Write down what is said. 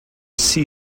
sea